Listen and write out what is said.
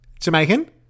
Jamaican